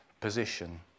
position